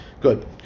Good